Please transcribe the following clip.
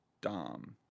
Dom